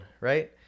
right